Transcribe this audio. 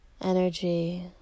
energy